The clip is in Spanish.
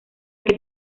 que